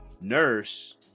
nurse